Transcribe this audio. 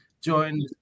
joined